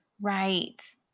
Right